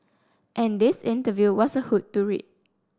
and this interview was a hoot to read